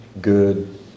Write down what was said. good